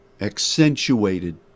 accentuated